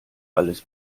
alles